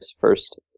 first